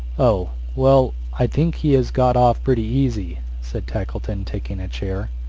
oh well, i think he has got off pretty easy, said tackleton, taking a chair.